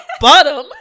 bottom